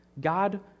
God